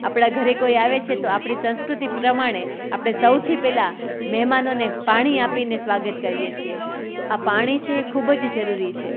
આપણા ઘરે કોઈ આવે છે તો આપણી સંસ્કૃતિ પ્રમાણે આપણે સૌથી પહેલાં મહેમાનોને પાણી આપીને સ્વાગત કરીએ છે તો આ પાણી છે એ ખૂબ જ જરૂરી છે